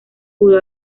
pudo